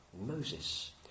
Moses